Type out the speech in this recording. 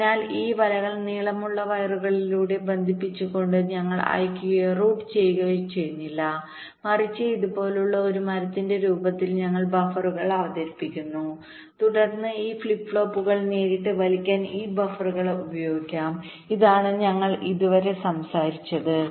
അതിനാൽ ഈ വലകൾ നീളമുള്ള വയറുകളിലൂടെ ബന്ധിപ്പിച്ചുകൊണ്ട് ഞങ്ങൾ അയയ്ക്കുകയോ റൂട്ട് ചെയ്യുകയോ ചെയ്യുന്നില്ല മറിച്ച് ഇതുപോലുള്ള ഒരു മരത്തിന്റെ രൂപത്തിൽ ഞങ്ങൾ ബഫറുകൾ അവതരിപ്പിക്കുന്നു തുടർന്ന് ഈ ഫ്ലിപ് ഫ്ലോപ്പുകൾ നേരിട്ട് വലിക്കാൻ ഈ ബഫറുകൾ ഉപയോഗിക്കാം ഇതാണ് ഞങ്ങൾ ഇതുവരെ സംസാരിച്ചത്